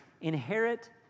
inherit